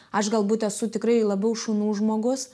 aš galbūt esu tikrai labiau šunų žmogus